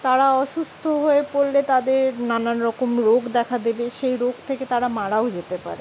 তারা অসুস্থ হয়ে পড়লে তাদের নানান রকম রোগ দেখা দেবে সেই রোগ থেকে তারা মারাও যেতে পারে